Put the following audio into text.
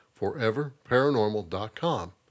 foreverparanormal.com